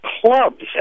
clubs